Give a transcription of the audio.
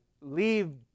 leave